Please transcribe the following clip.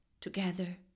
together